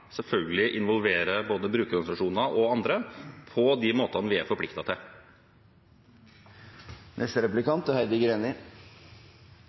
selvfølgelig involverer både brukerorganisasjoner og andre, på de måtene vi er forpliktet til.